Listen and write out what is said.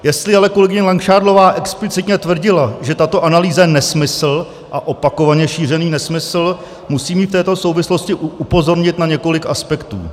Jestli ale kolegyně Langšádlová explicitně tvrdila, že tato analýza je nesmysl, a opakovaně šířený nesmysl, musím ji v této souvislosti upozornit na několik aspektů.